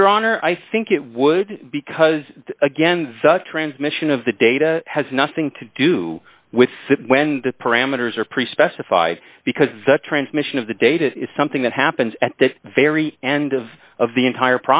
your honor i think it would because again the transmission of the data has nothing to do with when the parameters are pre specified because the transmission of the data is something that happens at the very end of of the entire